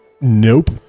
Nope